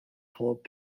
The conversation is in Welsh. pob